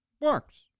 Works